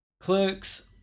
Clerks